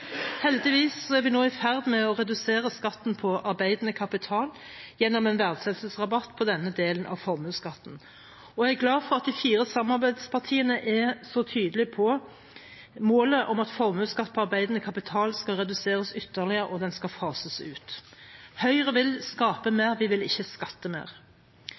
Heldigvis er vi nå i ferd med å redusere skatten på arbeidende kapital, gjennom en verdsettelsesrabatt på denne delen av formuesskatten. Jeg er glad for at de fire samarbeidspartiene er så tydelige på målet om at formuesskatt på arbeidende kapital skal reduseres ytterligere og fases ut. Høyre vil skape mer, ikke skatte mer.